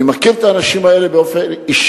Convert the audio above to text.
אני מכיר את האנשים האלה אישית,